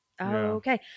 okay